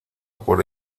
por